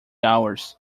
hours